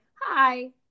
hi